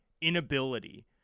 inability